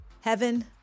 heaven